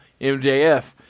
MJF